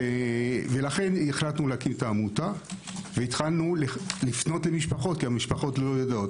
לכן החלטנו להקים את העמותה ופנינו למשפחות כי הן לא יודעות.